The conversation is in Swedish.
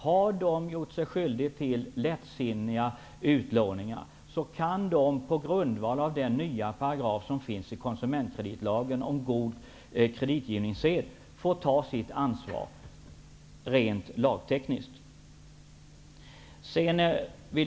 Har de gjort sig skyldiga till lättsinniga utlåningar, kan de genom den nya paragrafen i konsumentkreditlagen om god kreditgivningssed få ta sitt ansvar rent lagtekniskt.